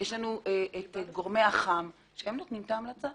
יש לנו את גורמי אח"מ שנותנים את ההמלצה.